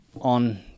on